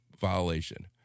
violation